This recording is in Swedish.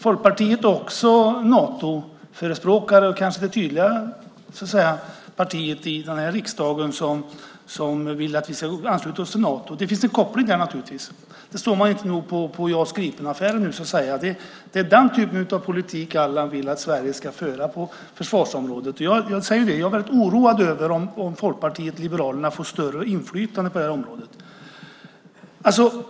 Folkpartiet är ju Natoförespråkare och kanske det parti i den här riksdagen som tydligast vill att vi ska ansluta oss till Nato. Det finns naturligtvis en koppling här. Det såg man inte minst i JAS Gripen-affären. Det är den typen av politik som Allan Widman vill att Sverige ska föra på försvarsområdet, och jag är väldigt oroad över att Folkpartiet liberalerna ska få större inflytande på detta område.